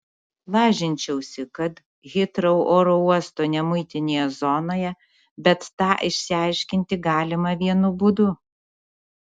lažinčiausi kad hitrou oro uosto nemuitinėje zonoje bet tą išsiaiškinti galima vienu būdu